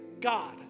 God